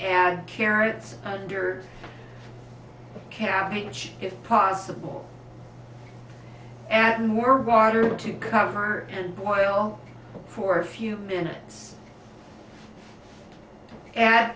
and carrots under cabbage if possible and more water to cover and boil for a few minutes and